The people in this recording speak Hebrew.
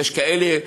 יש כאלה,